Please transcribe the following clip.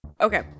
Okay